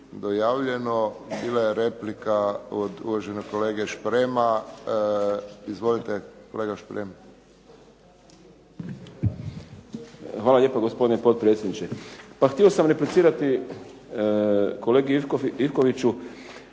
dojavljeno, bila je replika od uvaženog kolege Šprema. Izvolite kolega Šprem. **Šprem, Boris (SDP)** Hvala lijepo gospodine potpredsjedniče. Pa htio sam replicirati kolegi Ivkoviću